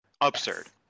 Absurd